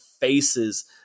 faces